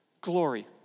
glory